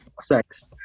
sex